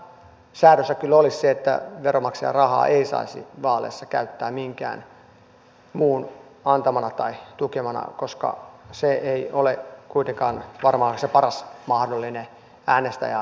kaikkein paras säädös kyllä olisi se että veronmaksajan rahaa ei saisi vaaleissa käyttää minkään muun antamana tai tukemana koska se ei ole kuitenkaan varmaan se paras mahdollinen äänestäjää ajatellen